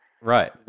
Right